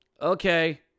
Okay